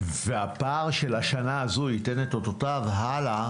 והפער של השנה הזו ייתן את אותותיו הלאה,